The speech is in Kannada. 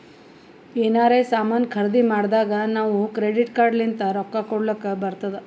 ಎನಾರೇ ಸಾಮಾನ್ ಖರ್ದಿ ಮಾಡ್ದಾಗ್ ನಾವ್ ಕ್ರೆಡಿಟ್ ಕಾರ್ಡ್ ಲಿಂತ್ ರೊಕ್ಕಾ ಕೊಡ್ಲಕ್ ಬರ್ತುದ್